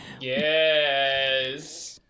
Yes